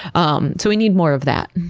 um so we need more of that.